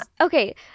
Okay